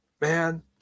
man